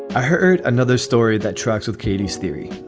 i heard another story that trucks with katie's theory,